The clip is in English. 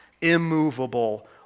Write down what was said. immovable